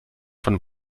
von